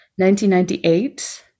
1998